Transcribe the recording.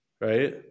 right